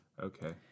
Okay